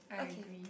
okay